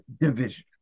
division